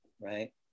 right